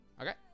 Okay